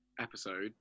episode